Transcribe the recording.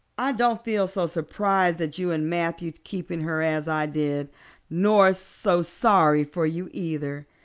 i don't feel so surprised at you and matthew keeping her as i did nor so sorry for you, either.